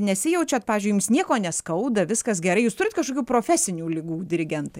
nesijaučiat pavyzdžiui jums nieko neskauda viskas gerai jūs turit kažkokių profesinių ligų dirigentai